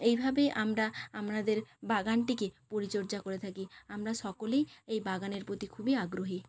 এইভাবেই আমরা আমাদের বাগানটিকে পরিচর্যা করে থাকি আমরা সকলেই এই বাগানের প্রতি খুবই আগ্রহী